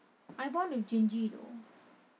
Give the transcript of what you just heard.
I bond with gingy though